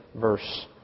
verse